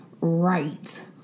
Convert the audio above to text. right